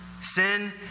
Sin